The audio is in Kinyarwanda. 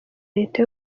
leta